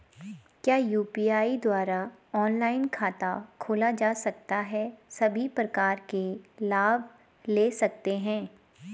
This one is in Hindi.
क्या यु.पी.आई द्वारा ऑनलाइन खाता खोला जा सकता है सभी प्रकार के लाभ ले सकते हैं?